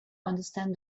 understand